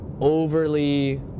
overly